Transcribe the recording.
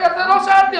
לא שאלתי את זה.